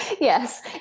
Yes